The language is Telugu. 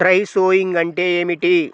డ్రై షోయింగ్ అంటే ఏమిటి?